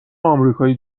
آمریکای